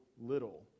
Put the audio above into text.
little